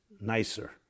nicer